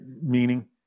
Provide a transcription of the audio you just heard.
meaning